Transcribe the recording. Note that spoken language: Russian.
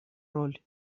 роль